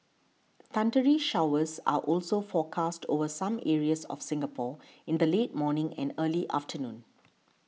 thundery showers are also forecast over some areas of Singapore in the late morning and early afternoon